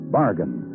bargain